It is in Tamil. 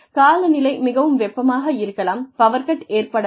காலநிலை மிகவும் வெப்பமாக இருக்கலாம் பவர் கட் ஏற்படலாம்